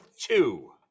two